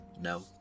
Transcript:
no